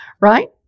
right